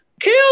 Kill